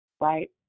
right